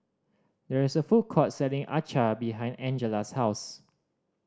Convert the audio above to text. there is a food court selling acar behind Angella's house